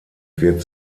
wird